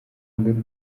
bine